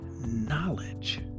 knowledge